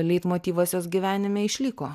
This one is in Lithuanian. leitmotyvas jos gyvenime išliko